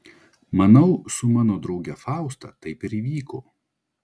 manau su mano drauge fausta taip ir įvyko